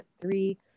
three